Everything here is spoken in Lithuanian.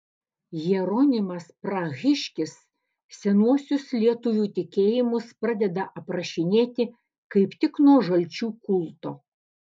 jeronimas prahiškis senuosius lietuvių tikėjimus pradeda aprašinėti kaip tik nuo žalčių kulto